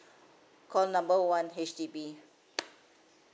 call number one H_D_B